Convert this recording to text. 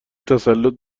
تسلط